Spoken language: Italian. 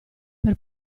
per